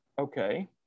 okay